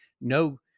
no